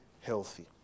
healthy